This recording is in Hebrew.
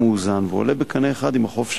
הוא מאוזן ועולה בקנה אחד עם החופש